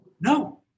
No